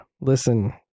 Listen